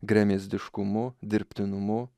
gremėzdiškumu dirbtinumu